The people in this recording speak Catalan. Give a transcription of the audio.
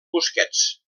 busquets